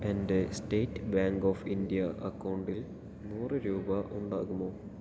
എൻ്റെ State Bank of India അക്കൗണ്ടിൽ നൂറ് രൂപ ഉണ്ടാകുമോ